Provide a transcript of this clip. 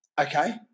Okay